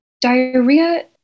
diarrhea